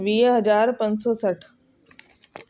वीह हज़ार पंज सौ सठि